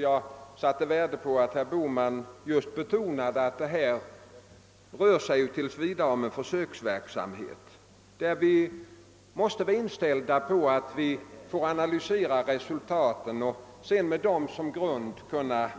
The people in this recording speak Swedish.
Jag satte värde på att herr Bohman betonade att det här tills vidare rör sig om en försöksverksamhet och att vi måste vara inställda på att analysera resultaten för att med dem som grund kanske kunna